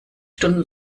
stunden